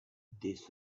this